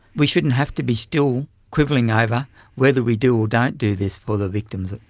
we shouldn't have to be still quibbling over whether we do or don't do this for the victims,